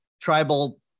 tribal